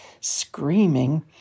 screaming